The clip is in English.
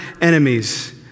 enemies